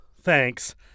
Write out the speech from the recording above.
thanks